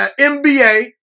NBA